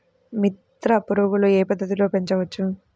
మిత్ర పురుగులు ఏ పద్దతిలో పెంచవచ్చు?